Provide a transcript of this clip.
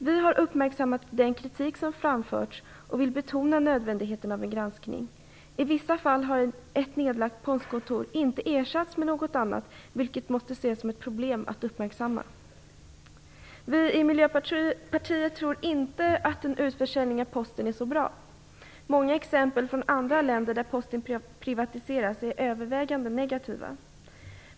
Vi har uppmärksammat den kritik som framförts och vill betona nödvändigheten av en granskning. I vissa fall har ett nedlagt postkontor inte ersatts med något annat, vilket måste ses som ett problem att uppmärksamma. Vi i Miljöpartiet tror inte att en utförsäljning av Posten är så bra. Många exempel från andra länder där posten privatiserats är övervägande negativa.